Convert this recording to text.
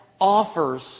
offers